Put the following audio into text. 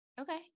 Okay